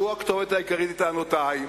והוא הכתובת העיקרית לטענותי,